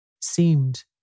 seemed